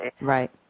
Right